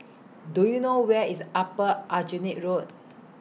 Do YOU know Where IS Upper Aljunied Road